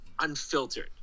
unfiltered